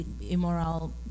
immoral